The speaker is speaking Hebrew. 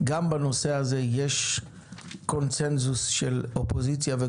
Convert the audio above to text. יש לנו יום ארוך כדי לעגן בנוסח חוק את ההסכמות בחקלאות,